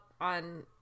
on